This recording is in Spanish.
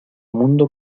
mundo